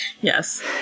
yes